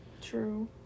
True